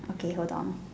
okay hold on